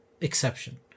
exception